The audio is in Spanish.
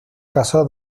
casó